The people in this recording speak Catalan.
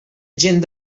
gent